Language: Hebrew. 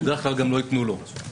בדרך כלל גם לא ייתנו לו.